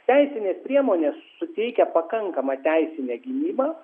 teisinės priemonės suteikia pakankamą teisinę gynybą